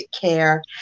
care